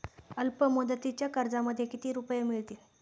अल्पमुदतीच्या कर्जामध्ये किती रुपये मिळतील?